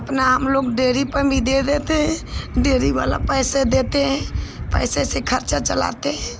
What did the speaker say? अपना हमलोग डेयरी पर भी दे देते हैं डेयरी वाले पैसे देते हैं पैसे से खर्चा चलाते हैं